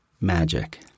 magic